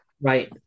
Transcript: right